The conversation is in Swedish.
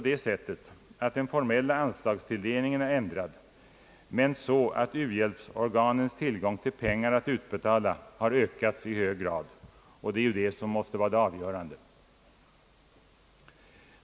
Den formella anslagstilldelningen har visserligen inte ändrats, men u-hjälpsorganens tillgång till pengar att utbetala har ökats i hög grad. Det är ju det som är avgörande.